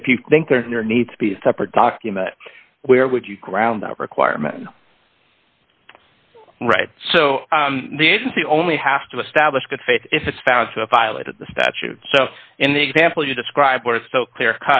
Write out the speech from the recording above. and if you think there needs to be a separate document where would you ground that requirement right so the agency only have to establish good faith if it's found to file it in the statute so in the example you describe where it's so clear